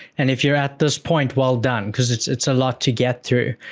and if you're at this point, well done, cause it's it's a lot to get through.